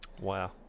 wow